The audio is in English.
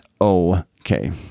okay